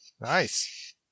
Nice